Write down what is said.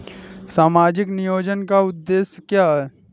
सामाजिक नियोजन का उद्देश्य क्या है?